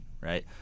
right